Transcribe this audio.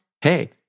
Hey